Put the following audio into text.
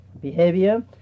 behavior